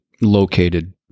located